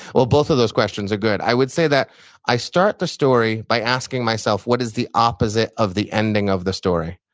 well, both of those questions are good. i would say that i start the story by asking myself what is the opposite of the ending of the story,